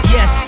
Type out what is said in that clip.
Yes